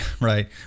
Right